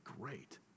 great